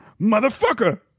Motherfucker